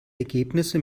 ergebnisse